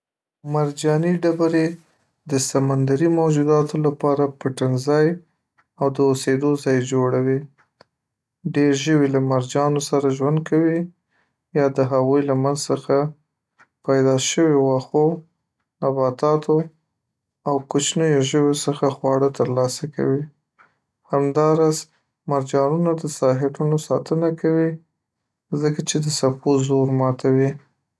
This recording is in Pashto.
.مرجاني ډبرې د سمندري موجوداتو لپاره پټن‌ځای او د اوسېدو ځای جوړوي .ډېر ژوي له مرجانو سره ژوند کوي، یا د هغو له منځ څخه پیدا شویو واښو، نباتاتو او کوچنیو ژویو څخه خواړه ترلاسه کوي همدا راز مرجانونه د ساحلونو ساتنه کوي، ځکه چې د څپو زور ماتوي